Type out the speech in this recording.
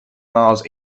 miles